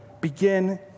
begin